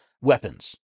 weapons